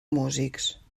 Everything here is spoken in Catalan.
músics